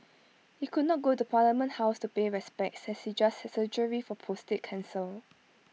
he could not go to parliament house to pay respects as he just had surgery for prostate cancer